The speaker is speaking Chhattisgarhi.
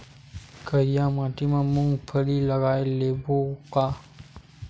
करिया माटी मा मूंग फल्ली लगय लेबों का?